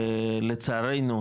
לצערנו,